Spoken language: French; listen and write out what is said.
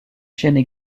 chaînes